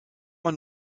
man